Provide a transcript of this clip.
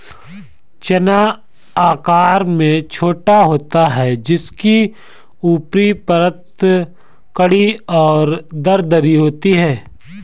चना आकार में छोटा होता है जिसकी ऊपरी परत कड़ी और दरदरी होती है